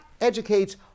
educates